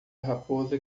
raposa